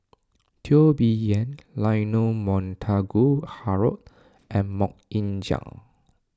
Teo Bee Yen Leonard Montague Harrod and Mok Ying Jang